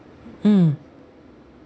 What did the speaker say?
mm